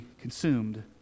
consumed